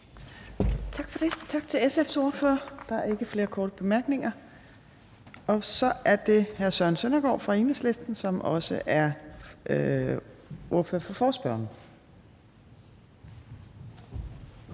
Tak for det, og tak til SF's ordfører. Der er ikke flere korte bemærkninger. Så er det hr. Søren Søndergaard fra Enhedslisten, som også er ordfører for forespørgerne.